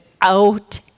out